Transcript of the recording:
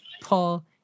Paul